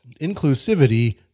inclusivity